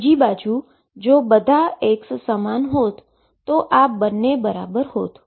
બીજી બાજુ જો બધા x સમાન હોત તો આ બંને બરાબર હોત